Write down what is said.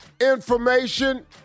information